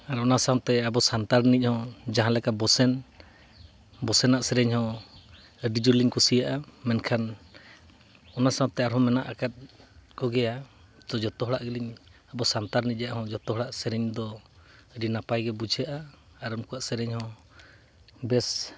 ᱟᱨ ᱚᱱᱟ ᱥᱟᱶᱛᱮ ᱟᱵᱚ ᱥᱟᱱᱛᱟᱲ ᱨᱤᱱᱤᱡ ᱦᱚᱸ ᱡᱟᱦᱟᱸ ᱞᱮᱠᱟ ᱵᱚᱥᱮᱱ ᱵᱚᱥᱮᱱᱟᱜ ᱥᱮᱨᱮᱧ ᱦᱚᱸ ᱟᱹᱰᱤ ᱡᱳᱨ ᱞᱤᱧ ᱠᱩᱥᱤᱭᱟᱜᱼᱟ ᱢᱮᱱᱠᱷᱟᱱ ᱚᱱᱟ ᱥᱟᱶᱛᱮ ᱟᱨᱦᱚᱸ ᱢᱮᱱᱟᱜ ᱟᱠᱟᱫ ᱠᱚᱜᱮᱭᱟ ᱡᱚᱛᱚ ᱦᱚᱲᱟᱜ ᱜᱮᱞᱤᱧ ᱟᱵᱚ ᱥᱟᱱᱛᱟᱲ ᱱᱤᱡᱮ ᱦᱚᱸ ᱡᱚᱛᱚ ᱦᱚᱲᱟᱜ ᱥᱮᱨᱮᱧ ᱫᱚ ᱟᱹᱰᱤ ᱱᱟᱯᱟᱭ ᱜᱮ ᱵᱩᱡᱷᱟᱹᱜᱼᱟ ᱟᱨ ᱩᱱᱠᱩᱣᱟᱜ ᱥᱮᱨᱮᱧ ᱦᱚᱸ ᱵᱮᱥ